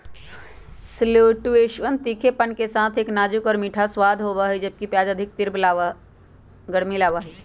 शैलोट्सवन में तीखेपन के साथ एक नाजुक और मीठा स्वाद होबा हई, जबकि प्याज अधिक तीव्र गर्मी लाबा हई